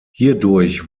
hierdurch